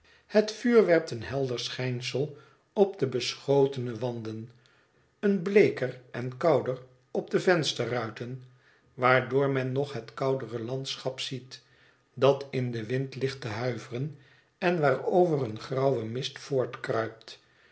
het vuur werpt een helder schijnsel op de beschotene wanden een bleeker en kouder op de vensterruiten waardoor men nog het koudere landschap ziet dat in den wind ligt te huiveren en waarover een grauwe